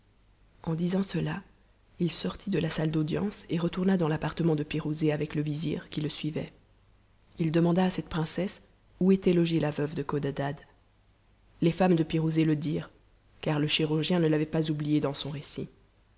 en disant cela il sortit de la salle d'audience et retourna dans l'appartement de pirouzé avec le vizir qui le suivait h demanda à cette princesse où était logée la veuve de codadad les femmes de pirouzé le dirent car le chirurgien ne l'avait pas oublié dans son récit